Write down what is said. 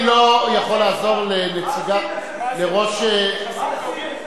אני לא יכול לעזור לראש מפלגתך,